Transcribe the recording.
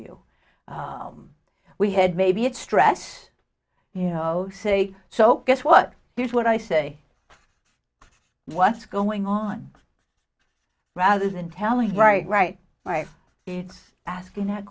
you we had maybe it's stress you know say so guess what here's what i say what's going on rather than telling right right right it's asking that